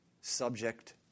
subject